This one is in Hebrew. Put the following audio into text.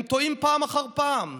והם טועים פעם אחר פעם?